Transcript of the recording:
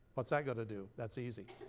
what's that going to do? that's easy,